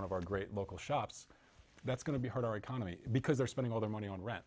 one of our great local shops that's going to hurt our economy because they're spending all their money on rent